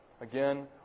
again